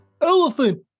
Elephant